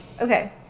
Okay